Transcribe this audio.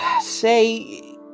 say